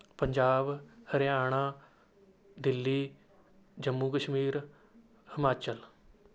Punjab Haryana Delhi Jammu Kashmir Himachal